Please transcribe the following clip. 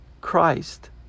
Christ